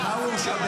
ובמה הוא הורשע?